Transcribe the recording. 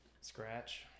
scratch